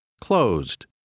Closed